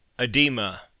Edema